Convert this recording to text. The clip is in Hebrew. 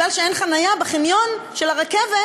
מכיוון שאין חניה בחניון של הרכבת,